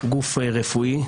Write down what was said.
גוף רפואי,